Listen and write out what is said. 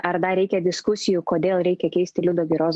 ar dar reikia diskusijų kodėl reikia keisti liudo giros